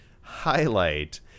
highlight